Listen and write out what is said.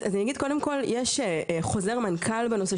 אז אני אגיד קודם כל שיש חוזר מנכ"ל בנושא.